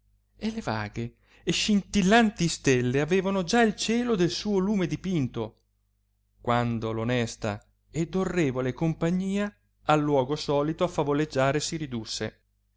e le vaghe e scintillanti stelle avevano già il cielo del suo lume dipinto quando l'onesta ed orrevole compagnia al luogo solito a favoleggiare si ridusse